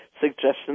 suggestions